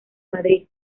madrid